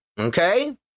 Okay